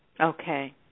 Okay